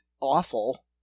awful